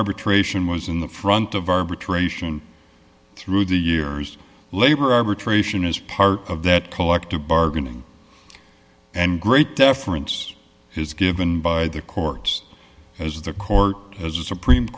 arbitration was in the front of arbitration through the years labor arbitration is part of that collective bargaining and great deference is given by the courts as the court as the supreme